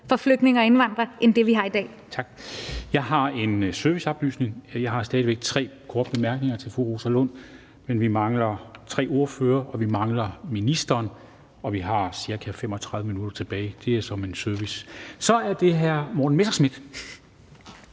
Formanden (Henrik Dam Kristensen): Tak. Jeg har en serviceoplysning. Jeg har stadig væk tre noteret til korte bemærkninger til fru Rosa Lund, men vi mangler tre ordførere, og vi mangler ministeren, og vi har ca. 35 minutter tilbage. Det siger jeg som en serviceoplysning. Så er det hr. Morten Messerschmidt.